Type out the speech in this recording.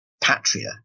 Patria